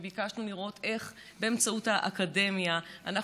וביקשנו לראות איך באמצעות האקדמיה אנחנו